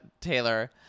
Taylor